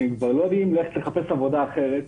שהם כבר לא יודעים אם ללכת לחפש עבודה אחרת.